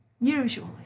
usually